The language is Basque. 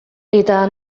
eta